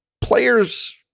players